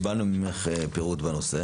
קיבלנו ממך פירוט בנושא.